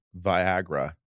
Viagra